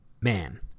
Man